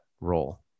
role